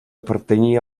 pertanyia